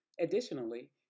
Additionally